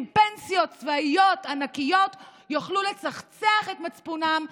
פנסיות צבאיות ענקיות יוכלו לצחצח את מצפונם,